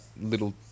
little